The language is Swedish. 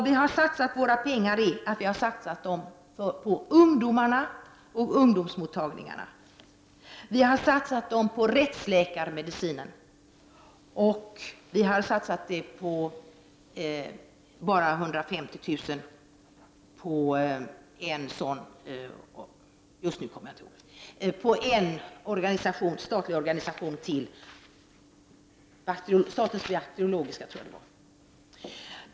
Vi har satsat våra pengar på ungdomarna och ungdomsmottagningarna. Vi har satsat dem på rättsläkarmedicinen och vi har satsat 150 000 kr. på en statlig organisation, jag tror att det var statens bakteriologiska.